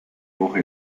woche